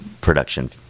production